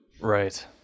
Right